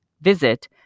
Visit